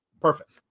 Perfect